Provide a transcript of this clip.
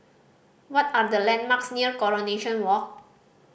what are the landmarks near Coronation Walk